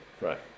Right